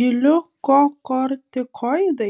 gliukokortikoidai